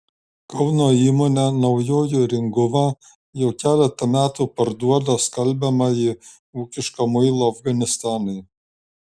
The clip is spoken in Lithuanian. kauno įmonė naujoji ringuva jau keletą metų parduoda skalbiamąjį ūkišką muilą afganistanui